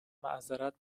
معذرت